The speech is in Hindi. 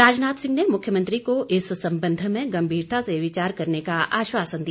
राजनाथ सिंह ने मुख्यमंत्री को इस संबंध में गंभीरता से विचार करने का आश्वासन दिया